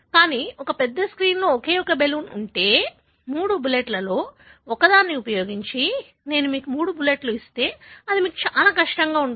కానీ ఒక పెద్ద స్క్రీన్లో ఒకే ఒక్క బెలూన్ ఉంటే 3 బుల్లెట్లలో ఒకదాన్ని ఉపయోగించి నేను మీకు 3 బుల్లెట్లు ఇస్తే అది మీకు చాలా కష్టంగా ఉంటుంది